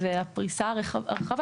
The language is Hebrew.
והפריסה הרחבה.